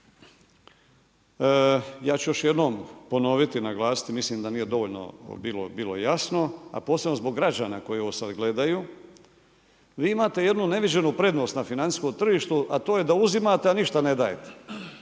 ja ću još jednom ponoviti, naglasiti, mislim da nije dovoljno bilo jasno, a posebno zbog građana koji ovo sad gledaju, vi imate jednu neviđenu prednost na financijskom tržištu a to je da uzimate a ništa nedajete.